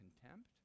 contempt